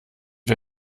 wie